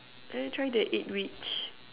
I want to try the eggwich